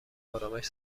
ارامش